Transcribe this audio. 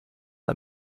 let